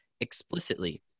explicitly